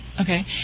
Okay